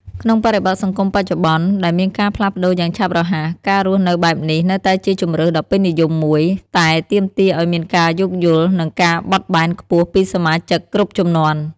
ក្នុងបរិបទសង្គមបច្ចុប្បន្ន ដែលមានការផ្លាស់ប្តូរយ៉ាងឆាប់រហ័ស ការរស់នៅបែបនេះនៅតែជាជម្រើសដ៏ពេញនិយមមួយ តែទាមទារឲ្យមានការយោគយល់ និងការបត់បែនខ្ពស់ពីសមាជិកគ្រប់ជំនាន់។